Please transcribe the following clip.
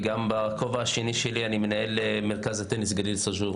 בכובע השני שלי אני מנהלת את מרכז הטניס גליל סאג'ור.